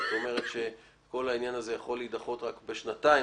זאת אומרת שכל העניין הזה יכול להידחות רק בשנתיים,